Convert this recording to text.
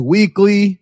Weekly